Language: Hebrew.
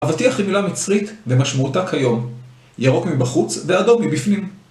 אבטיח היא מילה מצרית, ומשמעותה כיום, ירוק מבחוץ, ואדום מבפנים.